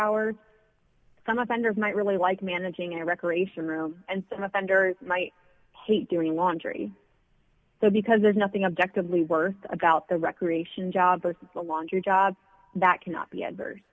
hours some offenders might really like managing a recreation room and some offenders might paint doing laundry because there's nothing objectively worth about the recreation job the laundry job that cannot be adverse